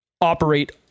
operate